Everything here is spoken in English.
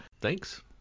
Thanks